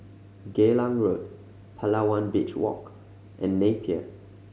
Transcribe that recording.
Geylang Road Palawan Beach Walk and Napier